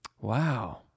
Wow